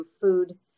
food